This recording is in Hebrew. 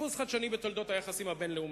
דפוס חדשני בתולדות היחסים הבין-לאומיים: